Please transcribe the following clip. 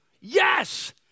Yes